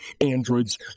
androids